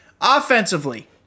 Offensively